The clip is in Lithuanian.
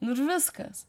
nu ir viskas